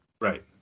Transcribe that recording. Right